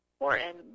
important